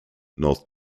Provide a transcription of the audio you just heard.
north